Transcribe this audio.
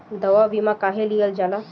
दवा बीमा काहे लियल जाला?